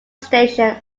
station